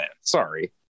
Sorry